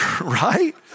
Right